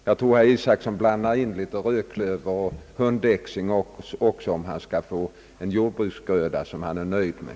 Herr Isacson bör nog blanda in litet rödklöver och hundäxing också, om han skall få en jordbruksgröda som han är nöjd med.